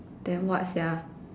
then what sia